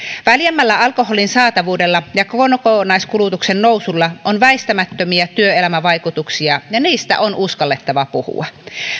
väljemmällä alkoholin saatavuudella ja kokonaiskulutuksen nousulla on väistämättömiä työelämävaikutuksia ja niistä on uskallettava puhua